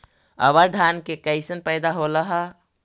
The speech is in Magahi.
अबर धान के कैसन पैदा होल हा?